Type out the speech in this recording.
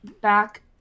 back